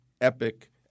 epic